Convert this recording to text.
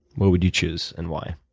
what would you choose, and why?